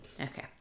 Okay